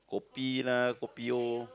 kopi lah kopi O